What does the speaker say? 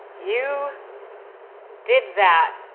you did that.